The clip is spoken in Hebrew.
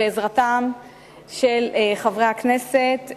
בעזרתם של חברי הכנסת,